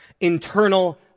internal